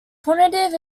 punitive